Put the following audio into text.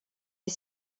est